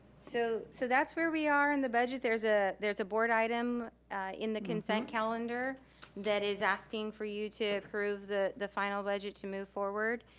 so so that's where we are in the budget. there's ah there's a board item in the consent calendar that is asking for you to approve the the final budget to move forward.